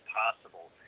possible